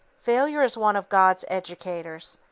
failure is one of god's educators.